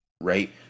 right